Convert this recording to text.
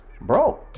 bro